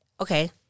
okay